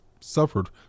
suffered